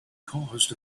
caused